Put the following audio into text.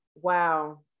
wow